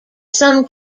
some